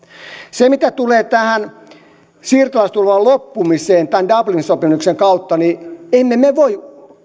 mitä tulee siirtolaistulvan loppumiseen dublinin sopimuksen kautta niin emme me voi